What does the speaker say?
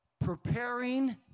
preparing